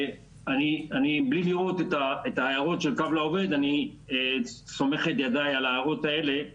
אני בלי לראות את ההערות של קו לעובד אני סומך את ידיי על ההערות האלה.